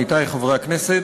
עמיתי חברי הכנסת,